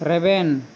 ᱨᱮᱵᱮᱱ